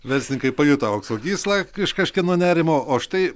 verslininkai pajuto aukso gyslą iš kažkieno nerimo o štai